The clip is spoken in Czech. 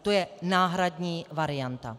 To je náhradní varianta.